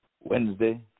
Wednesday